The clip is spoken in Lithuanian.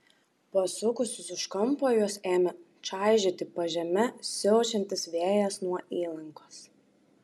pasukusius už kampo juos ėmė čaižyti pažeme siaučiantis vėjas nuo įlankos